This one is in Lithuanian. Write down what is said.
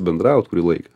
bendraut kurį laiką